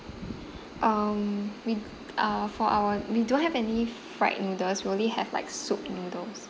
um we uh for our we don't have any fried noodles we only have like soup noodles